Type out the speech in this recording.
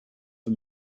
for